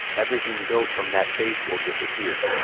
everything built from that faith will disappear.